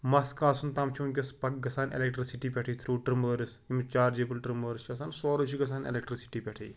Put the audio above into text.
مَس کاسُن تام چھُ وٕنۍکٮ۪س پَک گژھان اٮ۪لکٹِرٛکسٹی پٮ۪ٹھٕے تھرٛوٗ ٹِرٛمٲرٕس یِم چارجیبٕل ٹِرٛمٲرٕس چھِ آسان سورُے چھِ گژھان اٮ۪لٮ۪کٹِرٛسٹی پٮ۪ٹھٕے